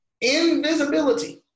Invisibility